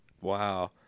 Wow